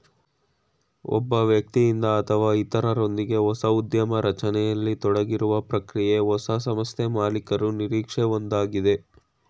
ಒಬ್ಬ ವ್ಯಕ್ತಿಯಿಂದ ಅಥವಾ ಇತ್ರರೊಂದ್ಗೆ ಹೊಸ ಉದ್ಯಮ ರಚನೆಯಲ್ಲಿ ತೊಡಗಿರುವ ಪ್ರಕ್ರಿಯೆ ಹೊಸ ಸಂಸ್ಥೆಮಾಲೀಕರು ನಿರೀಕ್ಷೆ ಒಂದಯೈತೆ